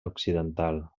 occidental